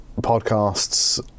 podcasts